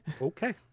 Okay